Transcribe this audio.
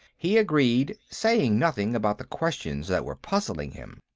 he agreed, saying nothing about the questions that were puzzling him.